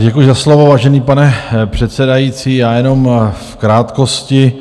Děkuji za slovo, vážený pane předsedající, já jenom v krátkosti.